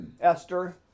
Esther